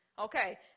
Okay